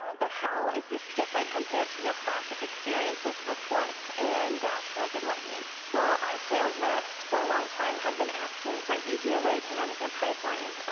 but how is this different compared to your classic experience with reports and dashboards and lightning? and our sales reps, for a long time, have been asking for an easier way to manage their pipeline.